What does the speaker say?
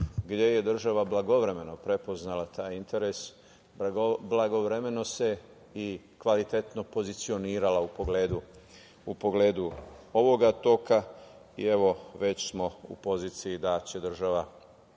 gde je država blagovremeno prepoznala taj interes, blagovremeno se i kvalitetno pozicionirala u pogledu ovog toka i evo već smo u poziciji da će država